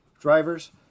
Drivers